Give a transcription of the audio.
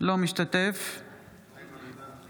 בהצבעה